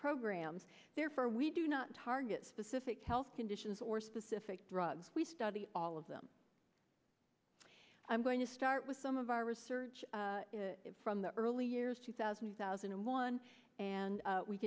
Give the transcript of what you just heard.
programs therefore we do not target specific health conditions or specific drugs we study all of them i'm going to start with some of our research from the early years two thousand thousand and one and